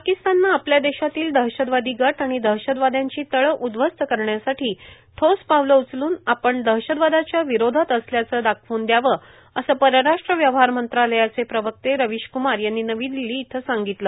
पाकिस्ताननं आपल्या देशातील दहशतवादी गट आणि दहशतवाद्यांची तळ उद्ध्वस्त करण्यासाठी ठोस पावलं उचलून आपण दहशतवादाच्या विरोधात असल्याचे दाखवून द्यावे असं परराष्ट्र व्यवहार मंत्रालयाचे प्रवक्ते रविशक्मार यांनी नवी दिल्ली इथं सांगितलं